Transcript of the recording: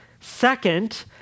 Second